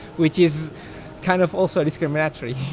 which is kind of also discriminatory